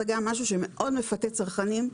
זה גם משהו שמאוד מפתה צרכנים.